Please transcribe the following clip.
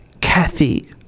Kathy